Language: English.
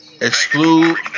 exclude